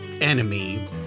enemy